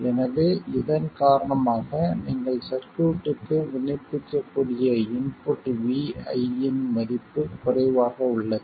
எனவே இதன் காரணமாக நீங்கள் சர்க்யூட்க்கு விண்ணப்பிக்கக்கூடிய இன்புட் vi இன் மதிப்பு குறைவாக உள்ளது